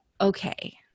okay